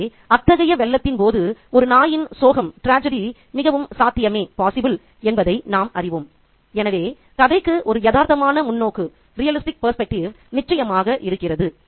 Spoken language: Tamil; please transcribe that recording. எனவே அத்தகைய வெள்ளத்தின் போது ஒரு நாயின் சோகம் மிகவும் சாத்தியமே என்பதை நாம் அறிவோம் எனவே கதைக்கு ஒரு யதார்த்தமான முன்னோக்கு நிச்சயமாக இருக்கிறது